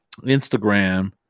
Instagram